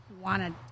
wanted